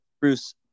Bruce